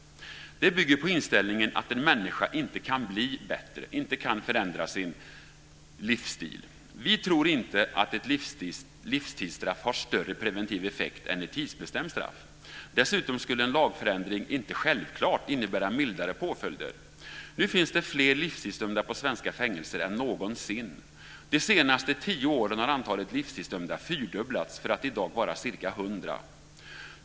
Det bygger på inställningen att en människa inte kan bli bättre, inte kan förändra sin livsstil. Vi tror inte att ett livstidsstraff har större preventiv effekt än ett tidsbestämt straff. Dessutom skulle en lagförändring inte självklart innebära mildare påföljder. Nu finns det fler livstidsdömda på svenska fängelser än någonsin. De senaste tio åren har antalet livstidsdömda fyrdubblats för att i dag vara ca 100.